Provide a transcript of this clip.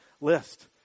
list